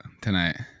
tonight